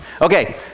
Okay